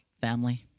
family